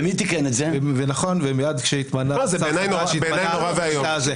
נורא ואיום.